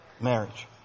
marriage